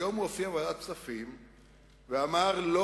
היום הוא הופיע בוועדת הכספים ואמר: לא